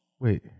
Wait